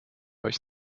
euch